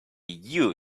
you